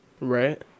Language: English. Right